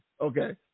Okay